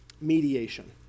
Mediation